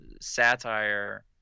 satire